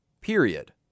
period